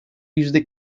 yüzde